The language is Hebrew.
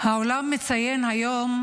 העולם מציין היום